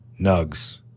nugs